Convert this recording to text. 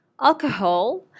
alcohol